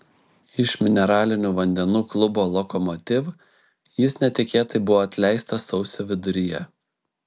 iš mineralinių vandenų klubo lokomotiv jis netikėtai buvo atleistas sausio viduryje